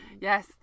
Yes